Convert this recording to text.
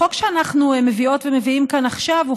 החוק שאנחנו מביאות ומביאים כאן עכשיו הוא